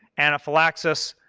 anaphylaxis,